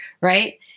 right